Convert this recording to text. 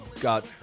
got